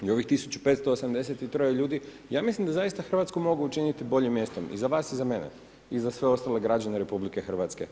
I ovih 1583 ljudi, ja mislim da zaista Hrvatsku mogu učiniti boljim mjestom, i za vas i za mene i za sve ostale građane RH.